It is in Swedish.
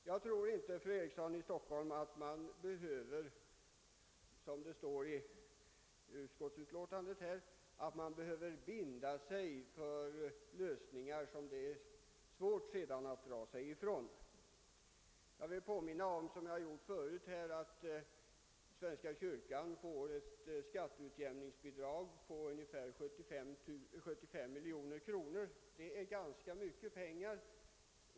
Jag vill säga till fru Eriksson i Stockholm att man inte, som det står i utskottsutlåtandet, behöver binda sig för lösningar som det sedan är svårt att komma ifrån. Jag vill påminna, liksom jag har gjort förut, om att svenska kyrkan får ett skatteutjämningsbidrag på ungefär 75 miljoner kronor. Det är ganska mycket pengar.